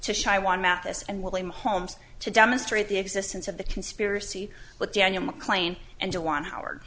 to shy one mathis and william holmes to demonstrate the existence of the conspiracy with daniel mclean and to one howard